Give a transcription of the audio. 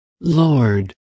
Lord